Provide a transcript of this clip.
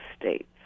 states